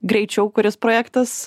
greičiau kuris projektas